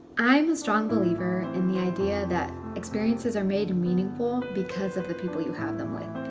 i'm a strong believer in the idea that experiences are made meaningful because of the people you have them with.